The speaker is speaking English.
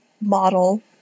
model